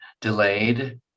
delayed